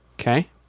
Okay